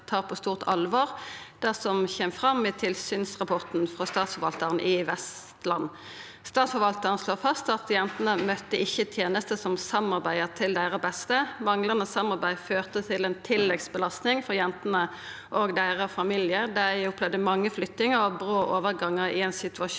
alvor det som kjem fram i tilsynsrapporten frå Statsforvaltaren i Vestland. Statsforvaltaren slår fast at jentene ikkje møtte tenester som samarbeidde til deira beste. Manglande samarbeid førte til ei tilleggsbelastning for jentene og deira familiar. Dei opplevde mange flyttingar og brå overgangar i ein situasjon